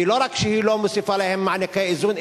ולא רק שהיא לא מוסיפה להן מענקי איזון,